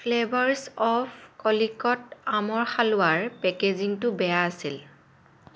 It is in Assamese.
ফ্লেভাৰছ অৱ কলিকট আমৰ হালোৱাৰ পেকেজিঙটো বেয়া আছিল